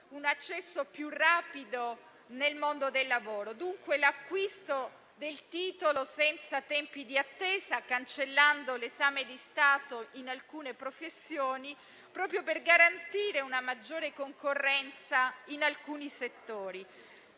un accesso più rapido nel mondo del lavoro; dunque l'acquisto del titolo senza tempi di attesa, cancellando l'esame di Stato in alcune professioni proprio per garantire una maggiore concorrenza in alcuni settori.